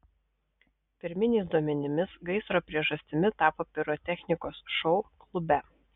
pirminiais duomenimis gaisro priežastimi tapo pirotechnikos šou klube